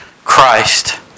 Christ